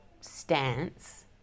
stance